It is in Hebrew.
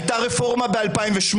הייתה רפורמה ב-2008.